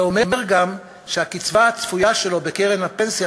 זה אומר גם שהקצבה הצפויה לו בקרן הפנסיה